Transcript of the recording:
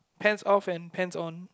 pants off and pants on